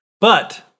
But-